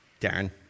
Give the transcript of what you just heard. Darren